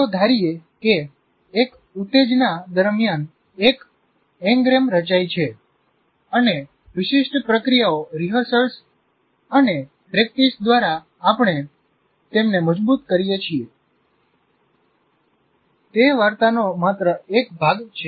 ચાલો ધારીએ કે એક ઉત્તેજના દરમિયાન એક એન્ગ્રેમ રચાય છે અને વિશિષ્ટ પ્રક્રિયાઓ રિહર્સલ અને પ્રેક્ટિસ દ્વારા આપણે તેમને મજબૂત કરીએ છીએ તે વાર્તાનો માત્ર એક ભાગ છે